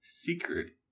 Secret